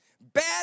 Bad